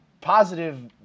positive